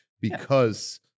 because-